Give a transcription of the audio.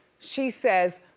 she says,